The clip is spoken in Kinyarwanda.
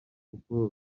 kuko